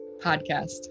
podcast